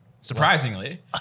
surprisingly